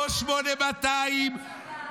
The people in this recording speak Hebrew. לא 8200 -- לא צבא.